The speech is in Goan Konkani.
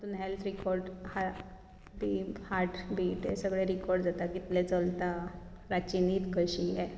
तातूंत हॅल्थ रिकोर्ड हार्टबीट हें सगळें रिकोर्ड जाता कितलें चलता रातची न्हीद कशी आयली